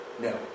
No